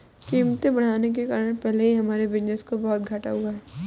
कीमतें बढ़ने के कारण पहले ही हमारे बिज़नेस को बहुत घाटा हुआ है